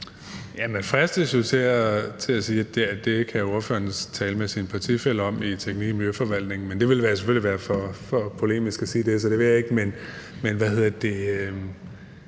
Man fristes jo til at sige, at det kan ordføreren tale med sin partifælle om i Teknik- og Miljøforvaltningen, men det vil selvfølgelig være for polemisk at sige det, så det vil jeg ikke. Men uanset